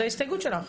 זה ההסתייגות שלך.